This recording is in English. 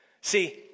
See